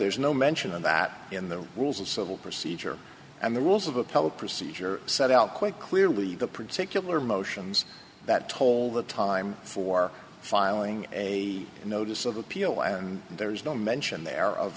there's no mention of that in the rules of civil procedure and the rules of appellate procedure set out quite clearly the particular motions that told the time for filing a notice of appeal and there's no mention there of